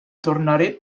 tornaré